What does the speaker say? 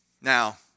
now